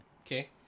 Okay